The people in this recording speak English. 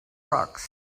rocks